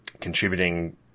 contributing